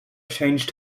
change